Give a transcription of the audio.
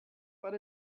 but